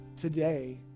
today